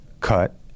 cut